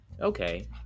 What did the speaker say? Okay